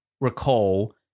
recall